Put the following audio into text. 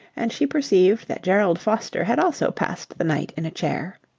and she perceived that gerald foster had also passed the night in a chair.